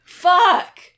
Fuck